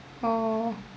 oh